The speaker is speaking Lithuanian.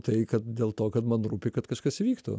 tai kad dėl to kad man rūpi kad kažkas įvyktų